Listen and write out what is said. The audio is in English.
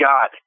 God